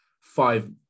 five